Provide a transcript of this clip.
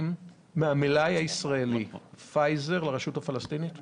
מהמלאי הישראלי פייזר לרשות הפלסטינית?